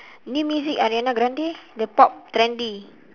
new music ariana-grande the pop trendy